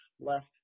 left